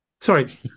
Sorry